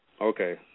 Okay